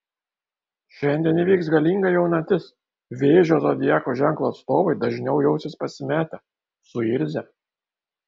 šiandien įvyks galinga jaunatis vėžio zodiako ženklo atstovai dažniau jausis pasimetę suirzę